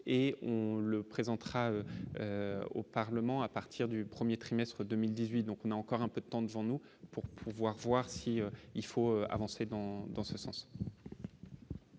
et on le présentera au Parlement à partir du 1er trimestre 2018, donc on a encore un peu de temps devant nous pour pouvoir voir si il faut avancer dans dans ce sens.